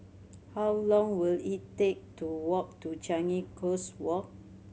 how long will it take to walk to Changi Coast Walk